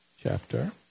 chapter